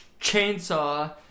chainsaw